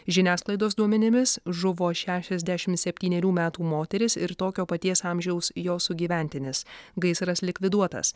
žiniasklaidos duomenimis žuvo šešiasdešimt septynerių metų moteris ir tokio paties amžiaus jos sugyventinis gaisras likviduotas